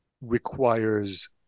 requires